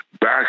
back